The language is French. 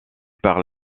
par